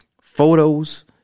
Photos